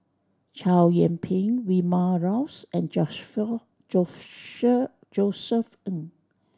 Chow Yian Ping Vilma Laus and Josef Ng